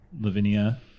Lavinia